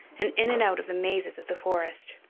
and in and out of the mazes of the forest,